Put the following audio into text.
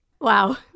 Wow